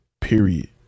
period